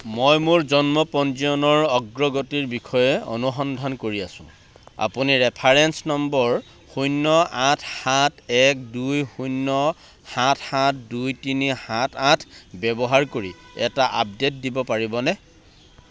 মই মোৰ জন্ম পঞ্জীয়নৰ অগ্ৰগতিৰ বিষয়ে অনুসন্ধান কৰি আছো আপুনি ৰেফাৰেন্স নম্বৰ শূন্য আঠ সাত এক দুই শূন্য সাত সাত দুই তিনি সাত আঠ ব্যৱহাৰ কৰি এটা আপডেট দিব পাৰিবনে